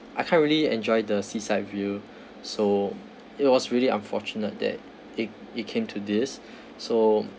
I can't really enjoy the seaside view so it was really unfortunate that it it came to this so